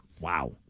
Wow